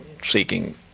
seeking